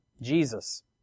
Jesus